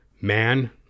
man